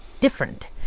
different